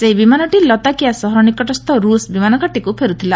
ସେହି ବିମାନଟି ଲତାକିଆ ସହର ନିକଟସ୍କ ର୍ଷ ବିମାନଘାଟୀକ୍ ଫେର୍ଥିଲା